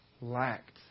lacked